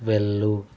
వెళ్ళుము